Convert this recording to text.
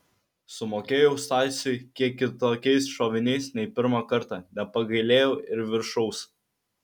sumokėjau stasiui kiek kitokiais šoviniais nei pirmą kartą nepagailėjau ir viršaus